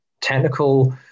technical